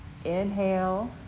Inhale